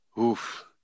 Oof